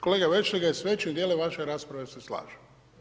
Kolega Vešligaj, s većim dijelom vaše rasprave se slažem.